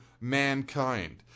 mankind